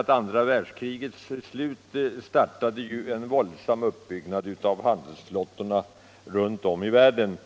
Vid andra världskrigets slut startade nämligen en våldsam uppbyggnad av handelsflottorna runt om i världen